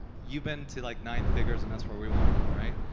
you've been to like nine figures and that's where we want to go, right?